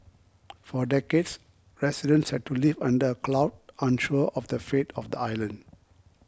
for decades residents had to live under a cloud unsure of the fate of the island